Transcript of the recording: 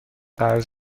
قرض